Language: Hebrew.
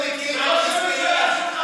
היו באופוזיציה.